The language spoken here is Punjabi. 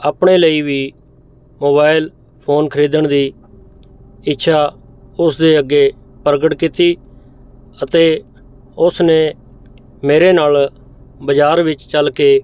ਆਪਣੇ ਲਈ ਵੀ ਮੋਬਾਇਲ ਫੋਨ ਖ੍ਰੀਦਣ ਦੀ ਇੱਛਾ ਉਸਦੇ ਅੱਗੇ ਪ੍ਰਗਟ ਕੀਤੀ ਅਤੇ ਉਸਨੇ ਮੇਰੇ ਨਾਲ ਬਾਜ਼ਾਰ ਵਿੱਚ ਚੱਲ ਕੇ